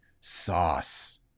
sauce